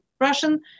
Russian